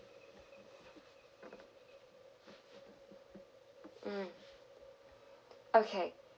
mm okay